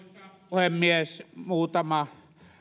puhemies muutama